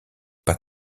pas